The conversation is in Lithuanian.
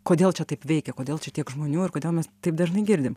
kodėl čia taip veikia kodėl čia tiek žmonių ir kodėl mes taip dažnai girdim